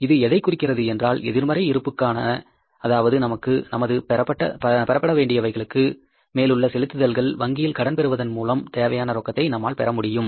இது எதைக் குறிக்கிறது என்றால் எதிர்மறை இருப்புக்கான அதாவது நமது பெறப்பட வேண்டியவைகளுக்கு மேலுள்ள செலுத்துதல்கள் வங்கியில் கடன் பெறுவதன் மூலம் தேவையான ரொக்கத்தை நம்மால் பெற முடியும்